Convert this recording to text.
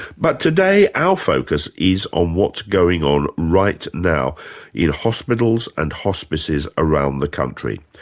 but today our focus is on what's going on right now in hospitals and hospices around the country,